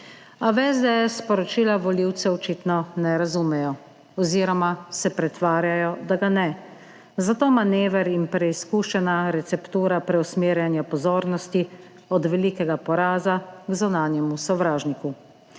v SDS sporočila volivcev očitno ne razumejo oziroma se pretvarjajo, da ga ne. Zato manever in preizkušena receptura preusmerjanja pozornosti od velikega poraza k zunanjemu sovražniku.